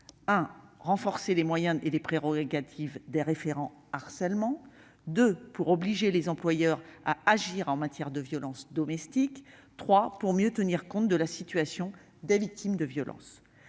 renforcer les moyens et les prérogatives des référents harcèlement, obliger les employeurs à agir en matière de violences domestiques, et mieux tenir compte de la situation des victimes de violences.